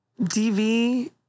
DV